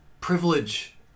privilege